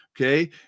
Okay